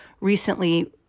recently